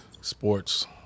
sports